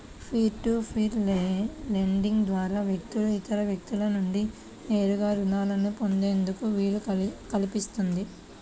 peer to peer lending ద్వారా వ్యక్తులు ఇతర వ్యక్తుల నుండి నేరుగా రుణాలను పొందేందుకు వీలు కల్పిస్తుంది